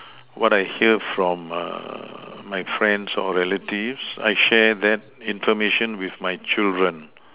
what I hear from uh my friends or relatives I share that information with my children